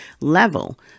level